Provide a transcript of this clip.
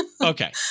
Okay